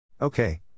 Okay